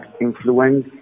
influence